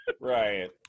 Right